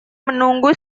menunggu